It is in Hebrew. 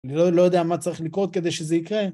אני לא יודע מה צריך לקרות כדי שזה יקרה.